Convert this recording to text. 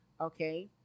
Okay